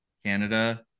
canada